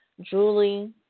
Julie